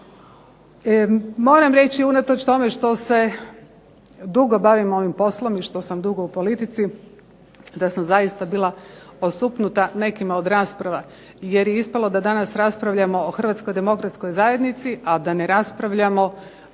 Moram reći unatoč tome što se dugo bavim ovim poslom i što sam dugo u politici da sam zaista bila osuknuta nekima od rasprava jer je ispalo da danas raspravljamo o Hrvatskoj demokratskoj zajednici, a da ne raspravljamo